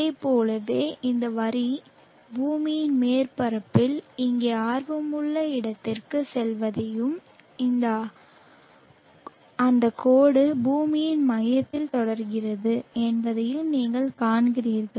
இதைப் போலவே இந்த வரி பூமியின் மேற்பரப்பில் இங்கே ஆர்வமுள்ள இடத்திற்குச் செல்வதையும் அந்தக் கோடு பூமியின் மையத்தில் தொடர்கிறது என்பதையும் நீங்கள் காண்கிறீர்கள்